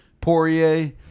Poirier